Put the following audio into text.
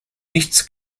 nichts